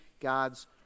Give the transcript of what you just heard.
God's